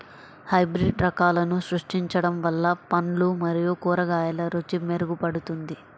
hybrid రకాలను సృష్టించడం వల్ల పండ్లు మరియు కూరగాయల రుచి మెరుగుపడుతుంది